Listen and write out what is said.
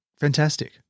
fantastic